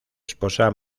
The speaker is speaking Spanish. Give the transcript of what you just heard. esposa